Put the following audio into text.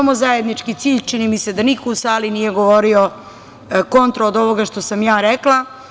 Imamo zajednički cilj, čini mi se da niko u sali nije govorio kontra od ovoga što sam ja rekla.